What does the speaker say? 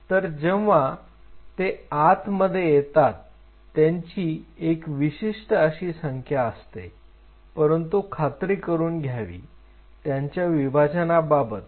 तर जेव्हा ते आत मध्ये येतात त्यांची एक विशिष्ट अशी संख्या असते परंतु खात्री करून घ्यावी त्यांच्या विभाजनाबाबत